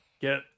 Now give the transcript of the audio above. get